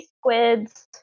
squids